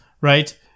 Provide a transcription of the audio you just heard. right